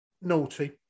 naughty